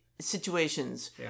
situations